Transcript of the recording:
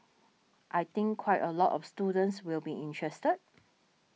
I think quite a lot of students will be interested